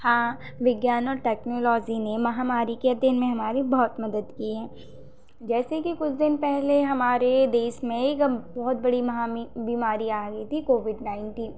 हाँ विज्ञान और टेक्नोलॉज़ी ने महामारी के अध्ययन में हमारी बहुत मदद की है जैसे कि कुछ दिन पहले हमारे देश में ही बहुत बड़ी बीमारी आ गई थी कोविड नाइंटीन